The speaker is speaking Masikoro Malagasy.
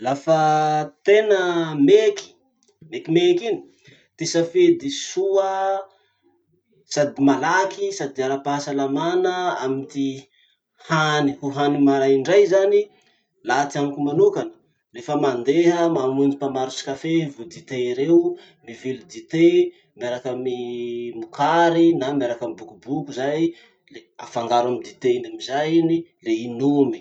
Lafa tena meky, mekimeky iny, ty safidy soa sady malaky sady ara-pahasalamana amy ty hany ho hany maraindray zany, laha ty amiko manokana, lefa mandeha mamonjy mpamarotsy kafe iha vo dite reo, mivily dite miaraky amy mokara na miaraky amy bokoboko zay. Le afangaro amy dite iny amizay iny, le inomy.